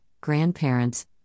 grandparents